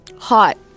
Hot